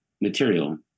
material